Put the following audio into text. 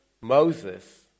Moses